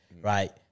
right